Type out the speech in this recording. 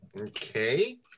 Okay